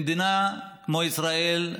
במדינה כמו ישראל,